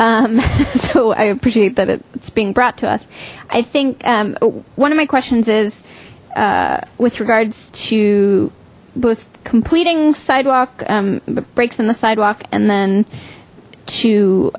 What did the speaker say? so i appreciate that it's being brought to us i think one of my questions is with regards to both completing sidewalk breaks in the sidewalk and then